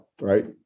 right